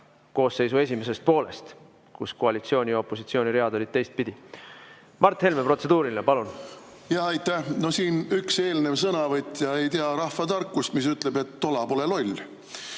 koosseisu esimesest poolest, kui koalitsiooni ja opositsiooni read olid teistpidi. Mart Helme, protseduuriline, palun! Aitäh! Siin üks eelnev sõnavõtja ei tea rahvatarkust, mis ütleb, et tola pole loll.